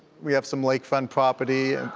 we have some lakefront property.